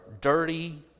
dirty